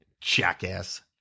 Jackass